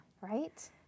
right